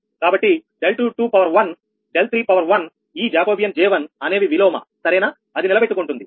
కాబట్టి ∆21 31ఈ Jacobian J1 అనేవి విలోమ సరేనా అది నిలబెట్టుకుంది